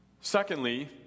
Secondly